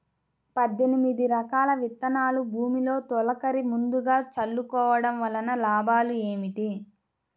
పద్దెనిమిది రకాల విత్తనాలు భూమిలో తొలకరి ముందుగా చల్లుకోవటం వలన లాభాలు ఏమిటి?